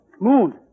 moon